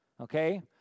okay